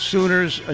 Sooners